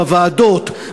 בוועדות,